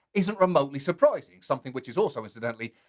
isn't remotely surprising. something which is also incidentally,